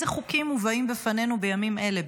איזה חוקים מובאים בפנינו בימים אלה,